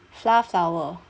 flour flower